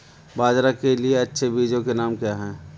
बाजरा के लिए अच्छे बीजों के नाम क्या हैं?